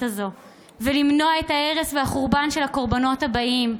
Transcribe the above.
הזו ולמנוע את ההרס והחורבן של הקורבנות הבאים: